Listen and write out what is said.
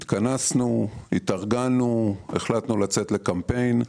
התכנסנו, התארגנו, החלטנו לצאת לקמפיין,